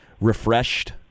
refreshed